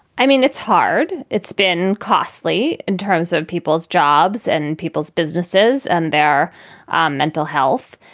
i mean, it's hard. it's been costly in terms of people's jobs and people's businesses and their um mental health.